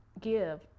give